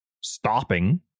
stopping